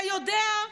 אתה יודע,